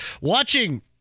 Watching